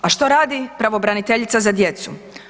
A što radi pravobraniteljica za djecu?